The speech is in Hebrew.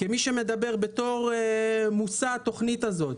כמי שהוא מושא של הוועדה והתוכנית הזו.